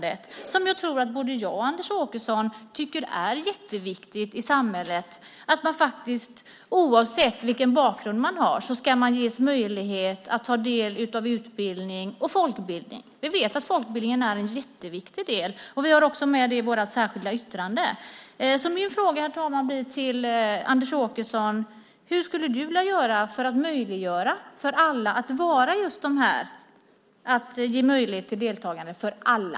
Det är något som jag tror att både jag och Anders Åkesson tycker är jätteviktigt för samhället. Oavsett vilken bakgrund man har ska man ges möjlighet att ta del av utbildning och folkbildning. Vi vet att folkbildningen är en jätteviktig del. Vi har också med det i vårt särskilda yttrande. Herr talman! Min fråga till Anders Åkesson blir: Vad skulle du vilja göra för att ge möjlighet till deltagande för alla?